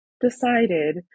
decided